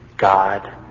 God